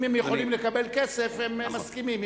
אם הם יכולים לקבל כסף הם מסכימים.